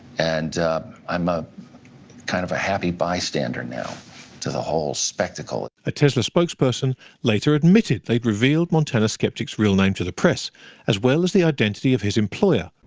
and i'm ah kind of a happy bystander now to the whole spectacle. a tesla spokesperson later admitted they revealed montana skeptic's real name to the press as well as the identity of his employer.